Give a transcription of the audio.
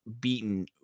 beaten